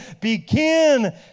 Begin